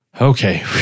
Okay